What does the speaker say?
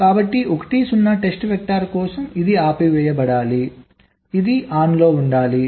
కాబట్టి 1 0 test vector కోసం ఇది ఆపివేయబడాలి ఇది ఆన్లో ఉండాలి